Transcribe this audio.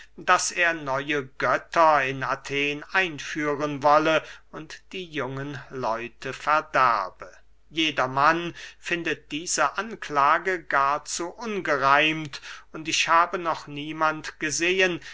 daß er neue götter in athen einführen wolle und die jungen leute verderbe jedermann findet diese anklage gar zu ungereimt und ich habe noch niemand gesehen